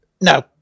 No